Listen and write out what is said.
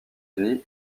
unis